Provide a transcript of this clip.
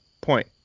point